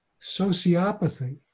sociopathy